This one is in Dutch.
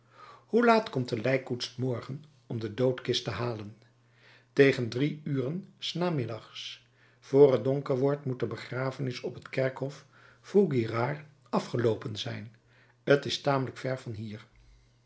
hoe laat komt de lijkkoets morgen om de doodkist te halen tegen drie uren s namiddags voor het donker wordt moet de begrafenis op het kerkhof vaugirard afgeloopen zijn t is tamelijk ver van hier